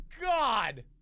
God